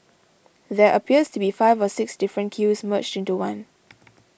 there appears to be five or six different queues merged into one